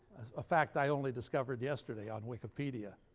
a fact i only discovered yesterday, on wikipedia.